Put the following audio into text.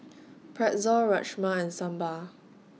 Pretzel Rajma and Sambar